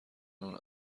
اون